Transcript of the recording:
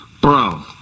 Bro